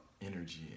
energy